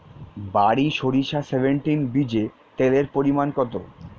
বারি সরিষা সেভেনটিন বীজে তেলের পরিমাণ কত?